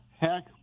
heck